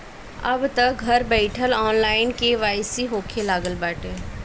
अबतअ घर बईठल ऑनलाइन के.वाई.सी होखे लागल बाटे